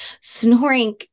Snoring